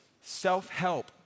self-help